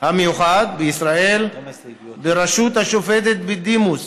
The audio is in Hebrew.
המיוחד בישראל בראשות השופטת בדימוס